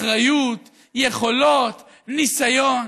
אחריות, יכולות, ניסיון.